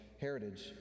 heritage